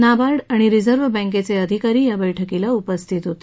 नाबार्ड आणि रिझर्व्ह बँकेचे अधिकारी या बैठकीला उपस्थित होते